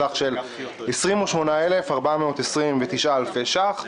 בסך של 28,429 אלפי ש"ח.